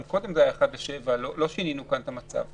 גם קודם זה היה 7:1, לא שינינו כאן את המצב.